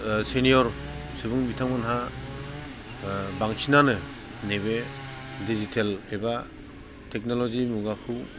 senior सुबुं बिथांमोना बांसिनानो नैबे डिजिटेल एबा टेक्न'ल'जि मुगाखौ